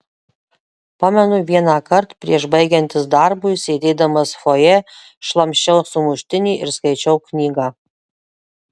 pamenu vienąkart prieš baigiantis darbui sėdėdamas fojė šlamščiau sumuštinį ir skaičiau knygą